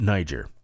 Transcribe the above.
Niger